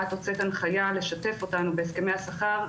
את הוצאת הנחיה לשתף אותנו בהסכמי השכר.